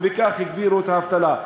ובכך הגבירו את האבטלה.